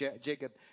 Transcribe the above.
Jacob